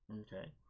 Okay